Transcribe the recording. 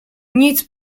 nic